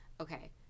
Okay